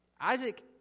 Isaac